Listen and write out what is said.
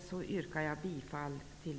Jag yrkar härmed bifall till